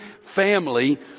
family